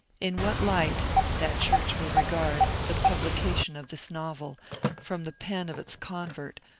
in what light that church will regard the publication of this novel from the pen of its con vert,